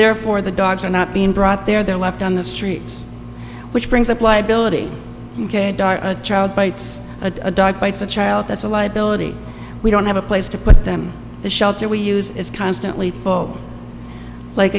therefore the dogs are not being brought there they're left on the streets which brings up liability child bites a dog bites a child that's a liability we don't have a place to put them the shelter we use is constantly for like